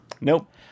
Nope